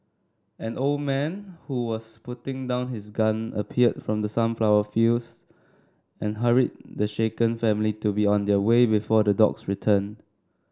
an old man who was putting down his gun appeared from the sunflower fields and hurried the shaken family to be on their way before the dogs return